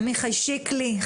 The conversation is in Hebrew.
עמיחי שיקלי,